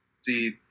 see